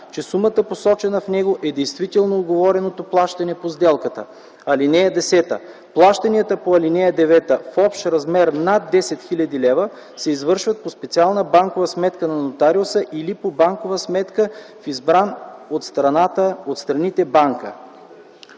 че сумата, посочена в него, е действително уговореното плащане по сделката. (10) Плащанията по ал. 9 в общ размер над 10 хил. лв. се извършват по специална банкова сметка на нотариуса или по банкова сметка в избрана от страните банка.”